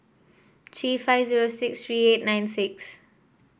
three five zero six three eight nine six